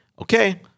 okay